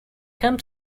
come